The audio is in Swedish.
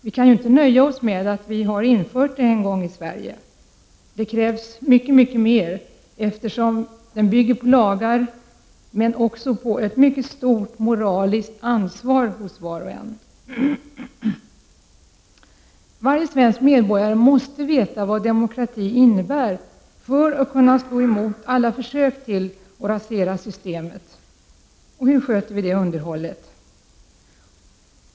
Vi kan inte nöja oss med att demokratin en gång har införts i Sverige. Det krävs mycket mer. Den bygger på lagar, men också på ett mycket stort moraliskt ansvar hos var och en. Varje svensk medborgare måste veta vad demokrati innebär för att kunna stå emot alla försök att rasera systemet. Hur sköter vi det underhållet?